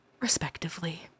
respectively